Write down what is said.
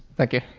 thank you.